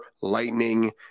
lightning